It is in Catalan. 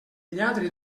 lladre